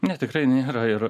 ne tikrai nėra ir